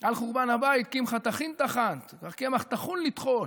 על חורבן הבית "קמחא טחינא טחינת" קמח טחון לטחון.